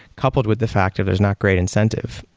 coupled with the fact that there's not great incentive.